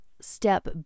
step